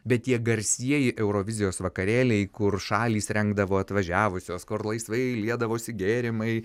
bet tie garsieji eurovizijos vakarėliai kur šalys rengdavo atvažiavusios kur laisvai liedavosi gėrimai